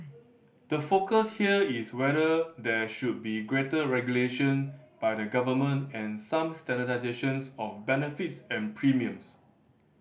the focus here is whether there should be greater regulation by the government and some standardisation of benefits and premiums